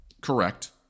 correct